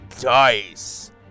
dice